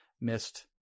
missed